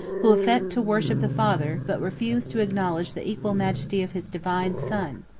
who affect to worship the father, but refuse to acknowledge the equal majesty of his divine son.